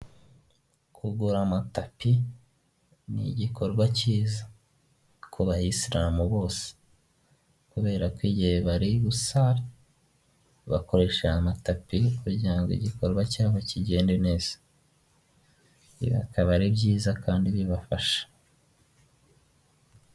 Kugura amatapi ni igikorwa cyiza ku bayisilamu bose, kubera ko igihe bari gusara bakoresha amatapi kugirango igikorwa cyabo kigende neza, ibi akaba ari byiza kandi bibafasha.